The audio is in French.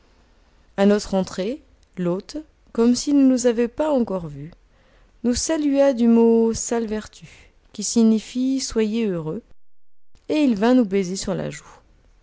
a notre entrée l'hôte comme s'il ne nous avait pas encore vus nous salua du mot saellvertu qui signifie soyez heureux et il vint nous baiser sur la joue